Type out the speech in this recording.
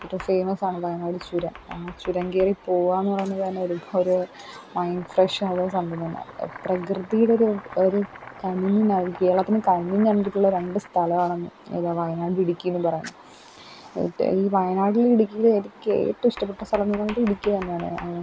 ഏറ്റവും ഫേമസാണ് വയനാട് ചുരം ആ ചുരം കയറി പോവാന്ന് പറയുന്നതു തന്നൊരു ഒരു മൈൻഡ് ഫ്രെഷ്നുള്ള സംഭവം തന്നെ പ്രകൃതിയിലൊരു ഒരു കനിഞ്ഞു നൽകിയ കേരളത്തിന് കനിഞ്ഞു നല്കിയിട്ടുള്ള രണ്ട് സ്ഥലമാണത് ഏത് വയനാട് ഇടുക്കി എന്നും പറയുന്നത് ഈ വായനാടിലും ഇടുക്കിയിലും എനിക്കേറ്റവും ഇഷ്ടപ്പെട്ട സ്ഥലമെന്ന് പറയുന്നത് ഇടുക്കി കാരണം